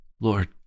Lord